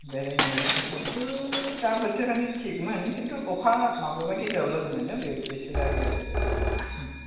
बेरायनो थाखायथ' दा बोथोरानो थिगमोन किन्तु अखा माब्लाबा गेजेराव लोगो मोनो बेसो जाहैयो आरो प्रब्लेमा